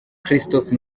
christopher